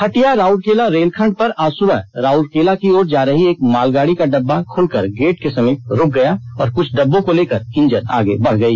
हटिया राउरकेला रेलखंड पर आज सुबह राउरकेला की ओर जा रही एक मालगाड़ी का डब्बा खुलकर गेट के समीप रुक गया और कुछ डब्बों को लेकर इंजन आगे बढ़ गई